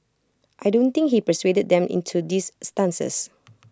I don't think he persuaded them into these stances